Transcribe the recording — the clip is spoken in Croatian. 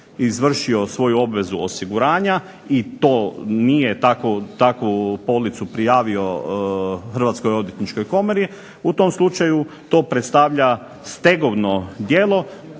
izvršio svoju obvezu osiguranja i nije takvu policu prijavio Hrvatskoj odvjetničkoj komori u tom slučaju to predstavlja stegovno djelo